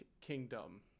kingdom